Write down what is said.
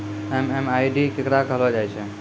MMID केकरा कहलो जाय छै